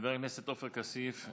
חבר הכנסת עופר כסיף,